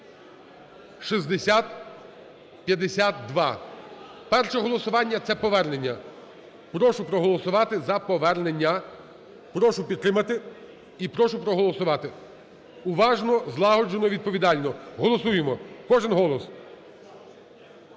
6052). Перше голосування – це повернення. Прошу проголосувати за повернення. Прошу підтримати. І прошу проголосувати. Уважно, злагоджено, відповідально. Голосуємо. Кожен голос.